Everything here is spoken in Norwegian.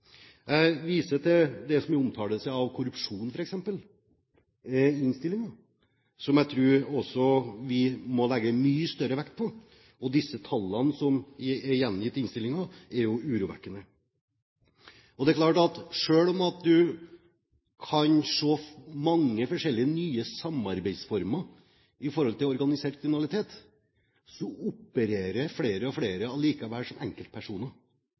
Jeg viser til det som f.eks. omtales om korrupsjon i innstillingen, som jeg også tror vi må legge mye større vekt på. De tallene som er gjengitt i innstillingen, er urovekkende. Det er klart at selv om man kan se mange forskjellige nye samarbeidsformer i organisert kriminalitet, opererer flere og flere likevel som enkeltpersoner,